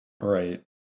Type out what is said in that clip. right